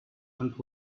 and